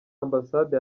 ambasade